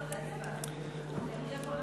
אני יכולה?